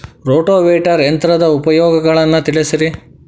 rotavator ಯಂತ್ರದ ಉಪಯೋಗಗಳನ್ನ ತಿಳಿಸಿರಿ